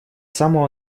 самого